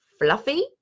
fluffy